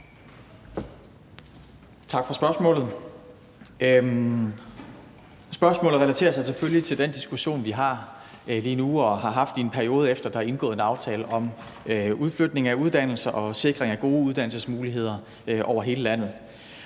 Tak for spørgsmålet. Spørgsmålet relaterer sig selvfølgelig til den diskussion, som vi har lige nu, og som vi har haft i en periode, efter at der er indgået en aftale om udflytning af uddannelser og sikring af gode uddannelsesmuligheder over hele landet.